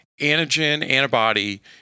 antigen-antibody